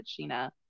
Sheena